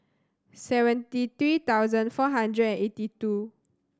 seventy three thousand four hundred and eighty two